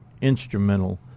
instrumental